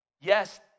Yes